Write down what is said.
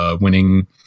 winning